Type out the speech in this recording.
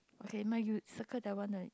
okay no you circle that one already